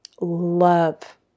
love